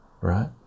right